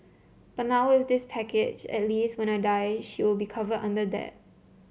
but now with this package at least when I die she will be covered under that